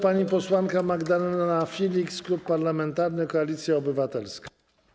Pani posłanka Magdalena Filiks, Klub Parlamentarny Koalicja Obywatelska.